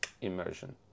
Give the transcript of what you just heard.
immersion